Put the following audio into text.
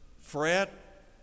fret